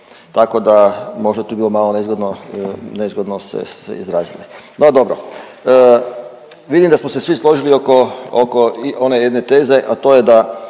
Tako da možda je tu bilo malo nezgodno, nezgodno ste se izrazili. No, dobro. Vidim da smo se svi složili oko, oko one jedne teze, a to je da